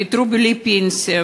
פיטרו בלי פנסיה.